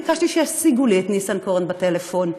ביקשתי שישיגו לי את ניסנקורן בטלפון,